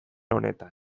honetan